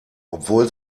obwohl